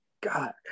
God